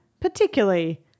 particularly